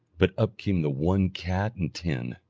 but up came the one cat and ten,